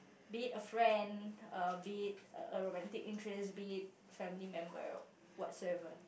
be it a friend um be it a romantic interest be it family member whatsoever